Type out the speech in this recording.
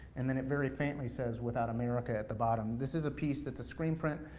and then it very faintly says without america at the bottom. this is a piece that's a screen print,